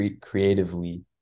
creatively